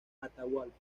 atahualpa